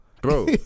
Bro